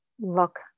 look